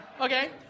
Okay